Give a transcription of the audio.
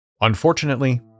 Unfortunately